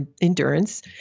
endurance